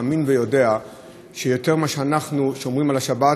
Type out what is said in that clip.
מאמין ויודע שיותר ממה שאנחנו שומרים על השבת,